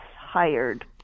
hired